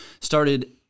started